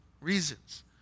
reasons